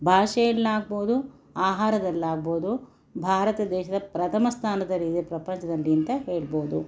ಭಾಷೆಯಲ್ಲಾಗ್ಬೋದು ಆಹಾರದಲ್ಲಾಗ್ಬೋದು ಭಾರತ ದೇಶದ ಪ್ರಥಮ ಸ್ಥಾನದಲ್ಲಿದೆ ಪ್ರಪಂಚದಲ್ಲಿಂತ ಹೇಳ್ಬೋದು